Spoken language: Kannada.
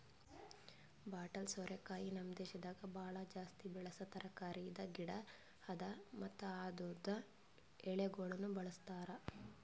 ಬಾಟಲ್ ಸೋರೆಕಾಯಿ ನಮ್ ದೇಶದಾಗ್ ಭಾಳ ಜಾಸ್ತಿ ಬೆಳಸಾ ತರಕಾರಿದ್ ಗಿಡ ಅದಾ ಮತ್ತ ಅದುರ್ದು ಎಳಿಗೊಳನು ಬಳ್ಸತಾರ್